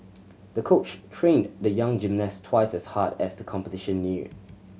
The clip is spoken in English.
the coach trained the young gymnast twice as hard as the competition neared